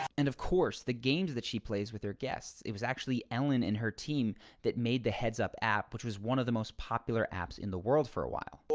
and of course, the games that she plays with her guests. it was actually ellen and her team that made the heads up app which was one of the most popular apps in the world for a while.